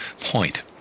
point